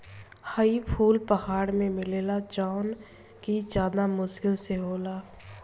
हई फूल पहाड़ में मिलेला जवन कि ज्यदा मुश्किल से होला